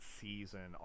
season